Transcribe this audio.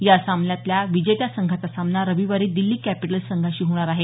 या सामन्यातल्या विजेत्या संघाचा सामना रविवारी दिछ्छी कॅपिटल्स संघाशी होणार आहे